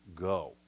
go